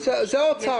זה האוצר.